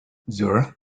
zora